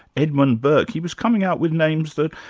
edmund burke, he was coming out with names that,